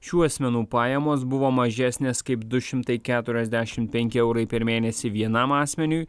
šių asmenų pajamos buvo mažesnės kaip du šimtai keturiasdešimt penki eurai per mėnesį vienam asmeniui